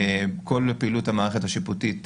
כל פעילות המערכת השיפוטית,